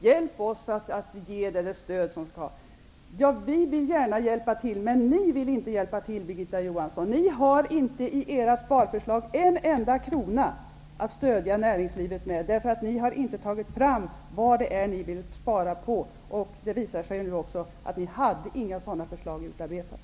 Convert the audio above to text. Hjälp oss att ge näringslivet det stöd det skall ha! Vi vill gärna hjälpa till, men ni vill inte hjälpa till, Birgitta Johansson. Ni har inte i era sparförslag en enda krona att stödja näringslivet med, för ni har inte tagit fram vad det är ni vill spara på. Det visar sig nu också att ni inte hade några sådana förslag utarbetade.